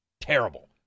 Terrible